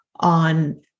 on